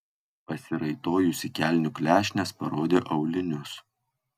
pasiraitojusi kelnių klešnes parodė aulinius